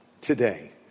today